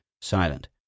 silent